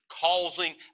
causing